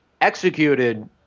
executed